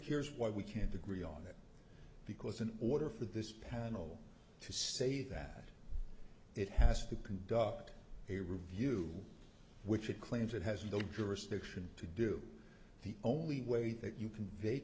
here's why we can't agree on that because in order for this panel to say that it has to conduct a review which it claims it has no jurisdiction to do the only way that you can